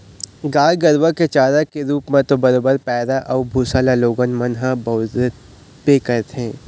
गाय गरुवा के चारा के रुप म तो बरोबर पैरा अउ भुसा ल लोगन मन ह बउरबे करथे